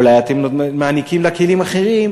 או אולי אתם מעניקים לה כלים אחרים,